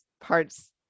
parts